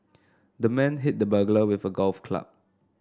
the man hit the burglar with a golf club